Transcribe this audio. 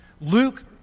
Luke